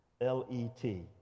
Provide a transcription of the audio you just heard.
l-e-t